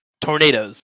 Tornadoes